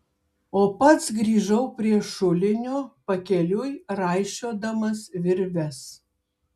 o pats grįžau prie šulinio pakeliui raišiodamas virves